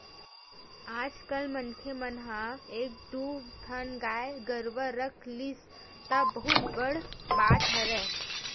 आजकल मनखे मन ह एक दू ठन गाय गरुवा रख लिस त बहुत बड़ बात हरय